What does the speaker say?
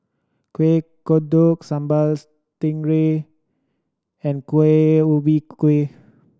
Kueh Kodok Sambal Stingray and Kueh Ubi Kayu